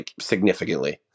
significantly